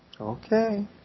Okay